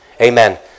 Amen